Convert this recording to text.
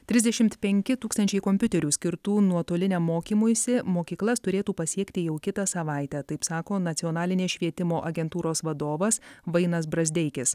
trisdešimt penki tūkstančiai kompiuterių skirtų nuotoliniam mokymuisi mokyklas turėtų pasiekti jau kitą savaitę taip sako nacionalinės švietimo agentūros vadovas vainas brazdeikis